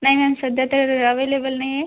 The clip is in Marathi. नाही मॅम सध्या तर अवेलेबल नाही आहे